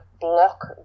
block